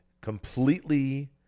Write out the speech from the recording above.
completely